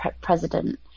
president